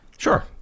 Sure